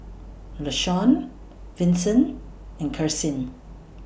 Lashawn Vinson and Karsyn